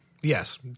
Yes